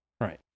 Right